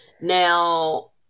Now